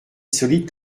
solide